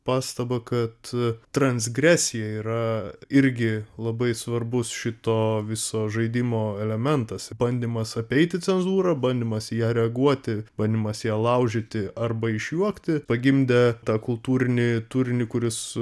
pastabą kad transgresija yra irgi labai svarbus šito viso žaidimo elementas bandymas apeiti cenzūrą bandymas į ją reaguoti bandymas ją laužyti arba išjuokti pagimdė tą kultūrinį turinį kuris